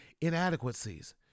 inadequacies